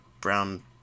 brown